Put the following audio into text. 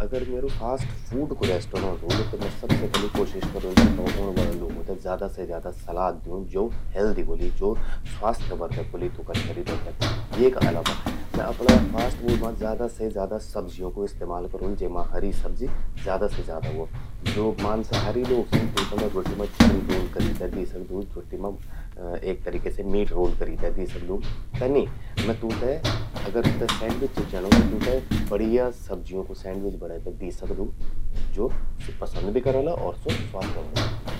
अगर म्येरू fast food कू रेस्टोरेंस ह्वोलु, त मैं सबसे पलि कोशिश करोलू कि तौ ऊंण वला लोगों ते ज्यादा से ज्यादा सलाद द्यूं ज्वो हेल्दी वलि, जो स्वास्थ्यवर्धन ह्वोलि तूंका शरीरो तो। येका अलावा मैं अपणा फास्ट फूड मां ज्यादा से ज्यादा सब्जियों कू इस्तेमाल करोलू जेमां हरी सब्जी ज्यादा से ज्यादा ह्वो। ज्वो मांसाहारी लोग छिन, तूंते में रोट्टि मां चिकन रोल करी ते दी सकदूं, एक तरीका से मीट रोल करी ते दी सकदूं। तनि मैं तूंते, अगर तूंते सैंडविच चि चेंणूं त तूंते बढ़िया सब्जियों कू सैंडविच बणें ते दी सकदूं। ज्वो सि पसंद भी करला अर स्वो स्वास्थ्यवर्धक भि ह्वोलु।